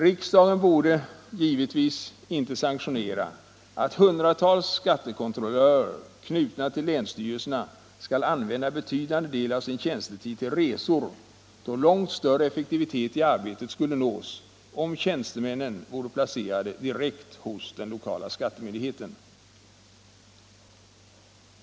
Riksdagen borde givetvis inte sanktionera att hundratals skattekontrollörer, knutna till länsstyrelserna, skall använda en betydande del av sin tjänstetid till resor, då långt större effektivitet i arbetet skulle nås om tjänstemännen vore placerade direkt hos den lokala skattemyndigheten.